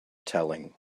telling